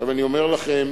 אני אומר לכם